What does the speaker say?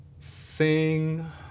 Sing